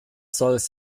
solls